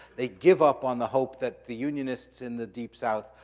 they give up on the hope that the unionists in the deep south,